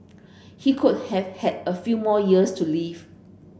he could have had a few more years to live